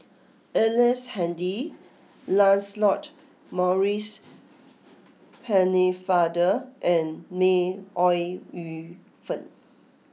Ellice Handy Lancelot Maurice Pennefather and May Ooi Yu Fen